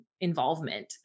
involvement